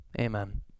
Amen